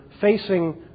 facing